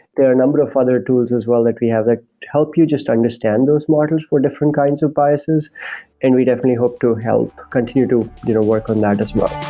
there are a number of other tools as well that we have that help you just understand those models for different kinds of biases and we definitely hope to help, continue to you know work on that as well.